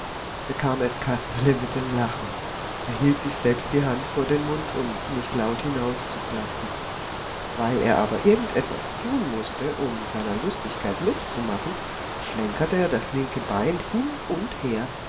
bekam es kasperle mit dem lachen er hielt sich selbst die hand vor den mund um nicht laut hinauszuplatzen weil er aber irgend etwas tun mußte um seiner lustigkeit luft zu machen schlenkerte er das linke bein hin und her